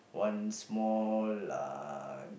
one small lah